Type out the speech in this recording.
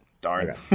Darn